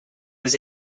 was